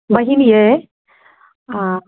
बहीन यै